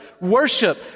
worship